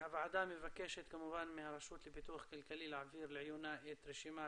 הוועדה מבקשת כמובן מהרשות לפיתוח כלכלי להעביר לעיונה את רשימת